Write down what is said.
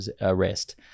arrest